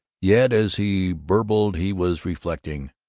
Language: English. yet as he burbled he was reflecting,